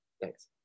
Thanks